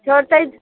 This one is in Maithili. सोचै